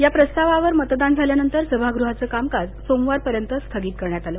या प्रस्तावावर मतदान झाल्यानंतर सभागृहांचं कामकाज सोमवारपर्यंत स्थगित करण्यात आलं